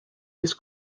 his